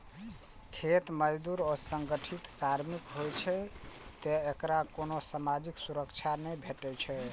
खेत मजदूर असंगठित श्रमिक होइ छै, तें एकरा कोनो सामाजिक सुरक्षा नै भेटै छै